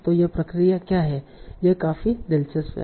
तो यह प्रक्रिया क्या है यह काफी दिलचस्प है